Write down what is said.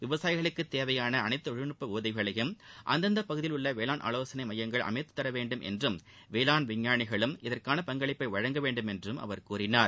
விவசாயிகளுக்கு தேவையான அனைத்து தொழில்நுட்ப உதவிகளையும் அந்தந்த பகுதியில் உள்ள வேளாண் ஆலோசனை எமயங்கள் அமைத்து தரவேண்டும் என்றும் வேளாண் விஞ்ஞாளிகளும் இதற்னன பங்களிப்பை வழங்கவேண்டும் என்று அவர் கூறினார்